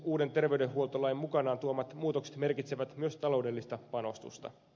uuden terveydenhuoltolain mukanaan tuomat muutokset merkitsevät myös taloudellista panostusta